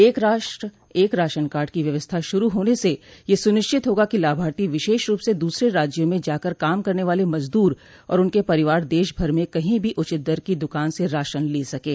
एक राष्ट्र एक राशन कार्ड की व्यवस्था शुरू होने से ये सुनिश्चित होगा कि लाभार्थी विशेष रूप से दूसरे राज्यों में जाकर काम करने वाले मजदूर और उनके परिवार देशभर में कहीं भी उचित दर की दुकान से राशन ले सकें